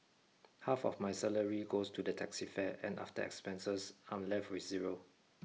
half of my salary goes to the taxi fare and after expenses I'm left with zero